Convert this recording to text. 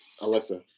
Alexa